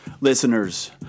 listeners